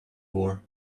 war